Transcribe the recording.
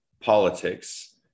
politics